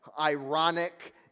ironic